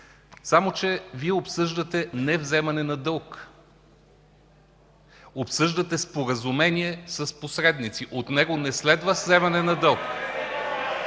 Само че Вие обсъждате не вземане на дълг. Обсъждате споразумение с посредници, от него не следва вземане на дълг.